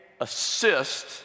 assist